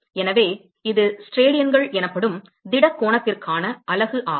எனவே இது ஸ்டெரேடியன்கள் எனப்படும் திட கோணத்திற்கான அலகு ஆகும்